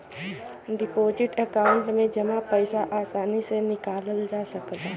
deposit account में जमा पइसा आसानी से निकालल जा सकला